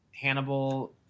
hannibal